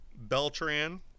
Beltran